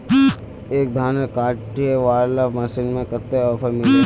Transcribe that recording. एक धानेर कांटे वाला मशीन में कते ऑफर मिले है?